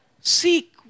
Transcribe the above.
seek